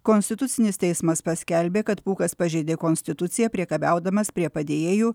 konstitucinis teismas paskelbė kad pūkas pažeidė konstituciją priekabiaudamas prie padėjėjų